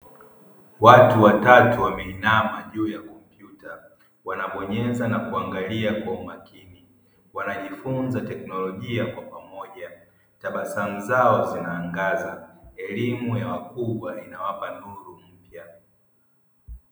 Watu watatu wameinama juu ya kompyuta, wanabonyeza na kuangalia kwa umakini wanajifunza teknolojia kwa pamoja, tabasamu zao zina angaza elimu ya wakubwa inawapa nuru mpya.